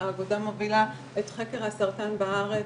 של אולטרה סאונד ולפעמים הן יכולות לחכות חודשים שלמים עד לבדיקות כאלה